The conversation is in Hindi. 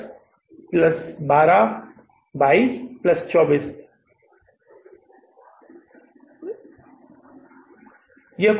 10 प्लस 12 22 प्लस 24 यह कुल 3440 है